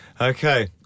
Okay